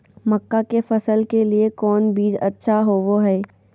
मक्का के फसल के लिए कौन बीज अच्छा होबो हाय?